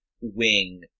wing